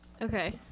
okay